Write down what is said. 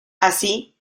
así